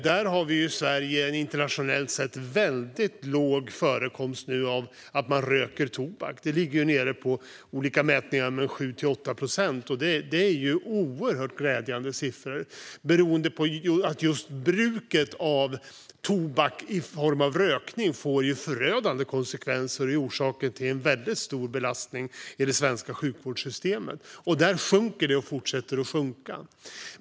Där har vi i Sverige en internationellt sett väldigt låg förekomst av att man röker tobak. Det är, i olika mätningar, nere på 7-8 procent. Det är oerhört glädjande siffror. Just bruket av tobak i form av rökning får ju förödande konsekvenser och är orsak till en väldigt stor belastning på det svenska sjukvårdssystemet. Det sjunker och fortsätter att sjunka.